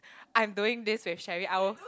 I'm doing this with Sherry I'll